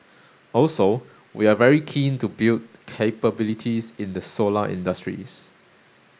also we are very keen to build capabilities in the solar industries